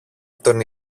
τον